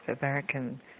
American